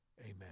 Amen